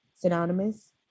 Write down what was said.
synonymous